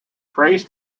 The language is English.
praise